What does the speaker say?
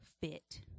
fit